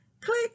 click